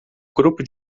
grupo